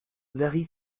varie